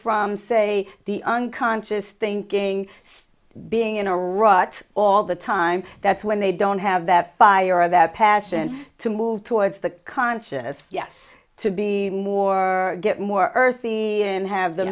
from say the unconscious thinking being in a rut all the time that's when they don't have that fire of their passion to move towards the conscious yes to be more get more earthy have th